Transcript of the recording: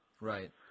Right